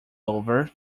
over